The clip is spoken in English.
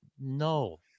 no